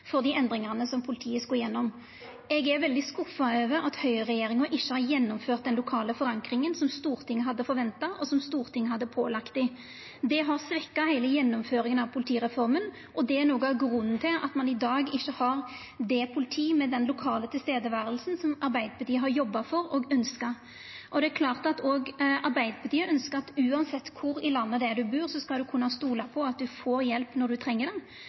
for dei endringane som politiet skulle igjennom. Eg er veldig skuffa over at høgreregjeringa ikkje har gjennomført den lokale forankringa som Stortinget hadde forventa, og som Stortinget hadde pålagt dei. Det har svekt heile gjennomføringa av politireforma, og det er noko av grunnen til at ein i dag ikkje har eit politi med det lokale nærværet som Arbeidarpartiet har jobba for og ønskt. Det er klart at òg Arbeidarpartiet ønskjer at uansett kvar i landet ein bur, skal ein kunna stola på at ein får hjelp når ein treng